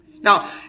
Now